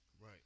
Right